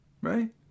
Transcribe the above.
Right